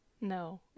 No